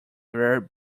rare